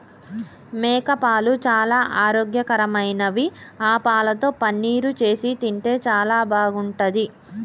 మేకపాలు చాలా ఆరోగ్యకరమైనవి ఆ పాలతో పన్నీరు చేసి తింటే చాలా బాగుంటది